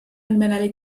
المللی